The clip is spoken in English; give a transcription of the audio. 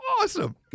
awesome